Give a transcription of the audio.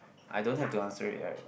I don't have to answer it right